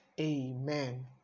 amen